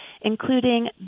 including